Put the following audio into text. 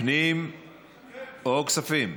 פנים או כספים?